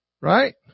Right